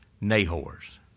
Nahor's